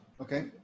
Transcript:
Okay